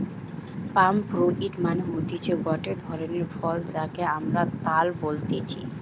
পাম fruit মানে হতিছে গটে ধরণের ফল যাকে আমরা তাল বলতেছি